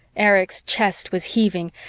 erich's chest was heaving,